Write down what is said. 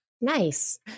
Nice